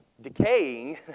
decaying